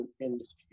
industry